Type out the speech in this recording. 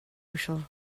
uasail